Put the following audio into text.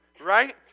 right